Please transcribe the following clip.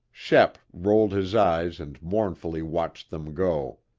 shep rolled his eyes and mournfully watched them go.